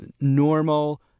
normal